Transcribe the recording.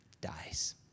dies